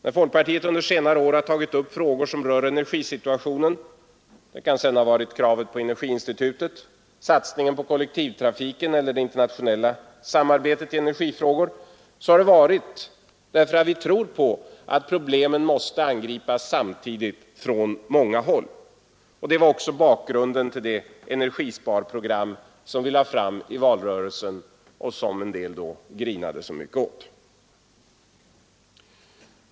När folkpartiet under senare år har tagit upp frågor som rör energisituationen — det kan sedan ha varit kravet på energiinstitutet, satsningen på kollektivtrafiken eller det internationella samarbetet i energifrågor — så har det varit därför att vi tror på att problemen måste angripas samtidigt från många håll. Det var också bakgrunden till det energisparprogram som vi lade fram i valrörelsen och som en del då grinade så mycket åt.